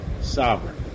Sovereign